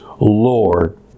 Lord